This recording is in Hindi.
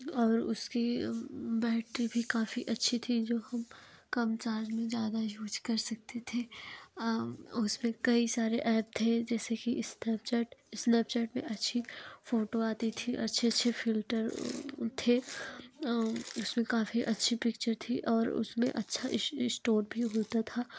और उसकी बैटरी भी काफ़ी अच्छी थी जो हम कम चार्ज में ज़्यादा यूज कर सकते थे उस पे कई सारे एप्प थे जैसे कि स्नैपचैट स्नैपचैट में अच्छी फोटो आती थी अच्छे अच्छे फिल्टर थे इसमें काफ़ी अच्छी पिक्चर थी और उसमें अच्छा स्टोर भी होता था